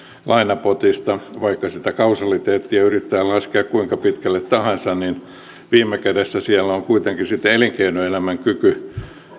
lainapotista vaikka sitä kausaliteettia yrittää laskea kuinka pitkälle tahansa niin viime kädessä siellä on kuitenkin elinkeinoelämän kyky